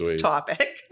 topic